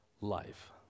life